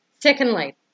Secondly